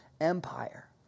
Empire